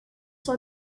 saw